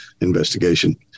investigation